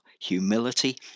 humility